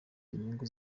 inyungu